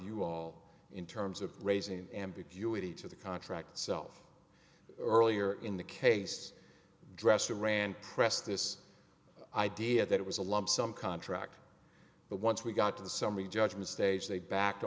you all in terms of raising ambiguity to the contract itself earlier in the case dresser ran press this idea that it was a lump sum contract but once we got to the summary judgment stage they backed